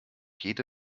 jede